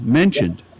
mentioned